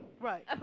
Right